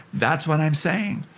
that's what i'm saying.